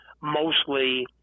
mostly